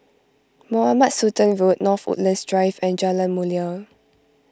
Mohamed Sultan Road North Woodlands Drive and Jalan Mulia